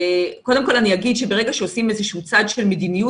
קודם כל אני אגיד שברגע שעושים איזה שהוא צעד של מדיניות